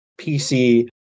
PC